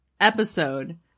episode